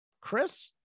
Chris